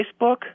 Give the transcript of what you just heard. Facebook